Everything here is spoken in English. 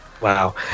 Wow